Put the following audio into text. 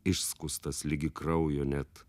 išskustas ligi kraujo net